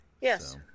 Yes